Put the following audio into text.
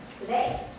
today